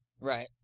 Right